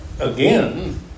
again